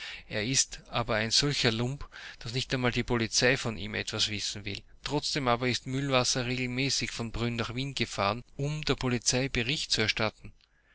er ist aber ein solcher lump daß nicht einmal die polizei von ihm etwas wissen will trotzdem aber ist mühlwasser regelmäßig von brünn nach wien gefahren um der polizei bericht zu erstatten